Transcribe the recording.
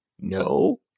no